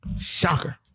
Shocker